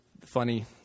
funny